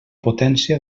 potència